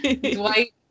dwight